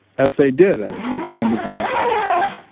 as they did actually at the end of the ming dynasty,